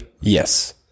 Yes